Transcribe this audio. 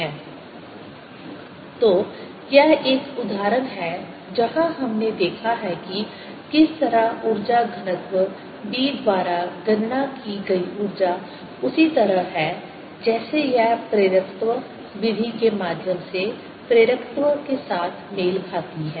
InductanceIna n 0IIa0n2 तो यह एक उदाहरण है जहां हमने देखा है कि किस तरह ऊर्जा घनत्व b द्वारा गणना की गई ऊर्जा उसी तरह है जैसे यह प्रेरकत्व विधि के माध्यम से प्रेरकत्व के साथ मेल खाती है